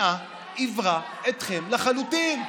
השנאה עיוורה אתכם לחלוטין,